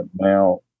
now